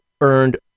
earned